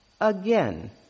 again